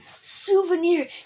souvenir